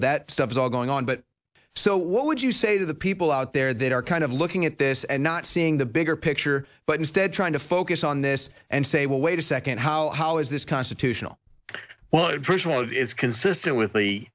that stuff is all going on but so what would you say to the people out there that are kind of looking at this and not seeing the bigger picture but instead trying to focus on this and say well wait a second how how is this constitutional one personal it's consistent with the